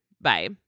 Bye